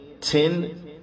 ten